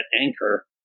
anchor